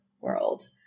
world